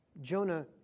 Jonah